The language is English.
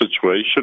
situation